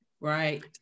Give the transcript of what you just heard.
Right